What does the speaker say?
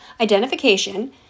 identification